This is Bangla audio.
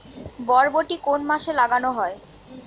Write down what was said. বরবটি কোন মাসে লাগানো হয়?